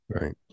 Right